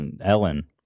Ellen